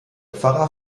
pfarrer